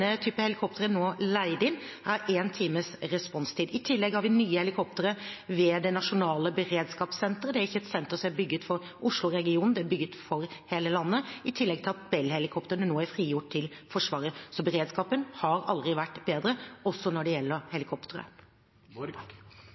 er nå leid inn, med én times responstid. I tillegg har vi nye helikoptre ved det nasjonale beredskapssenteret. Det er ikke et senter som er bygget for Oslo-regionen, det er bygget for hele landet, i tillegg til at Bell-helikoptrene nå er frigjort til Forsvaret. Så beredskapen har aldri vært bedre, heller ikke når det gjelder